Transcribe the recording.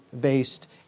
based